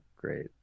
Great